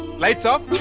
lights are